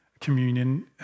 communion